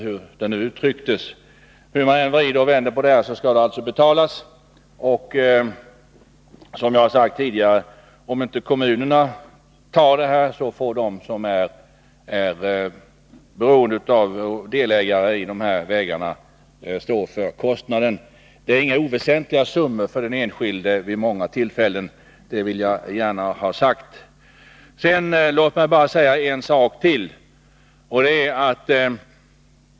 Hur man än vrider och vänder på detta skall de emellertid betalas. Om kommunerna inte tar på sig dessa kostnader, får, som jag har sagt tidigare, de som är delägare i vägarna stå för kostnaderna. Det är inte oväsentliga summor för den enskilde vid många tillfällen. Jag vill också ta upp en sak till.